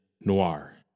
noir